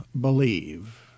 believe